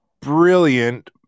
brilliant